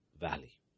valley